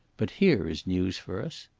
but here is news for us.